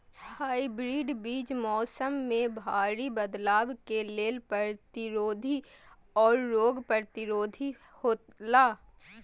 hybrid बीज मौसम में भारी बदलाव के लेल प्रतिरोधी और रोग प्रतिरोधी हौला